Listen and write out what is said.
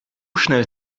schnell